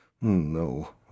No